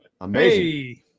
Amazing